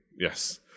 yes